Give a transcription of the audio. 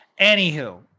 Anywho